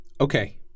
Okay